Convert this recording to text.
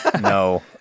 no